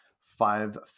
five